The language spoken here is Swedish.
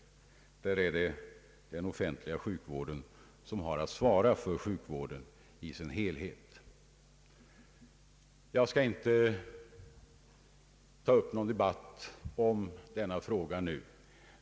Där har den offentliga sjukvården att svara för sjukvården i dess helhet. Jag skall inte ta upp någon debatt om denna fråga nu.